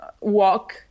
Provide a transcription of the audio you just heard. walk